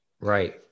Right